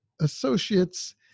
associates